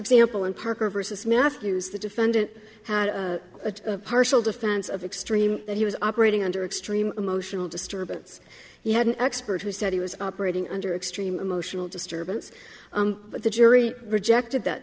example in parker versus matthews the defendant had a partial defense of extreme that he was operating under extreme emotional disturbance you had an expert who said he was operating under extreme emotional disturbance but the jury rejected that